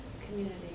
community